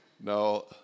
no